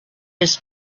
his